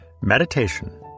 meditation